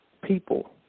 people